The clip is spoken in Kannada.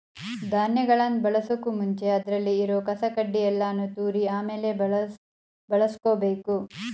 ಧಾನ್ಯಗಳನ್ ಬಳಸೋಕು ಮುಂಚೆ ಅದ್ರಲ್ಲಿ ಇರೋ ಕಸ ಕಡ್ಡಿ ಯಲ್ಲಾನು ತೂರಿ ಆಮೇಲೆ ಬಳುಸ್ಕೊಬೇಕು